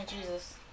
jesus